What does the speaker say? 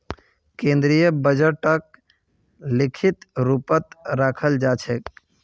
केन्द्रीय बजटक लिखित रूपतत रखाल जा छेक